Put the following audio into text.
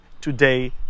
today